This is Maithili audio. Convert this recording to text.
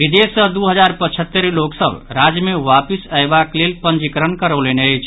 विदेश सँ दू हजार पचहत्तरि लोक सभ राज्य मे वापिस अयबाक लेल पंजीकरण करौलनि अछि